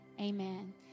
amen